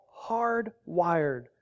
hardwired